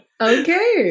okay